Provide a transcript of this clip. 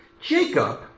Jacob